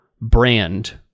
brand